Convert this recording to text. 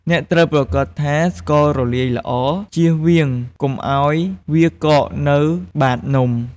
អ្នកត្រូវប្រាកដថាស្កររលាយល្អ ជៀសវាងកុំឱ្យវាកកនៅបាតនំ។